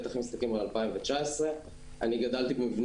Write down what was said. בטח אם מסתכלים על 2019. אני גדלתי במבנה